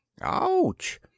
Ouch